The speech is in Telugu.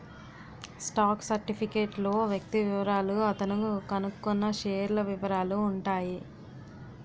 స్టాక్ సర్టిఫికేట్ లో వ్యక్తి వివరాలు అతను కొన్నకొన్న షేర్ల వివరాలు ఉంటాయి